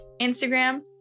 Instagram